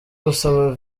gusaba